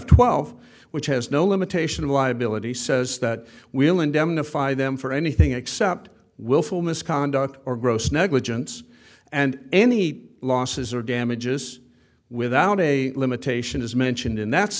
twelve which has no limitation liability says that will indemnify them for anything except willful misconduct or gross negligence and any losses or damages without a limitation is mentioned in that's